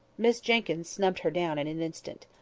miss jenkyns snubbed her down in an instant.